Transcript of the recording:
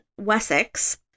Wessex